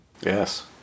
Yes